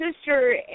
sister